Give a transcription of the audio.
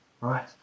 Right